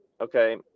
okay